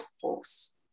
force